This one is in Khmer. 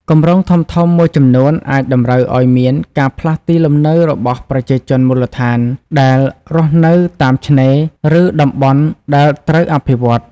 គម្រោងធំៗមួយចំនួនអាចតម្រូវឲ្យមាន ការផ្លាស់ទីលំនៅរបស់ប្រជាជនមូលដ្ឋាន ដែលរស់នៅតាមឆ្នេរ ឬតំបន់ដែលត្រូវអភិវឌ្ឍ។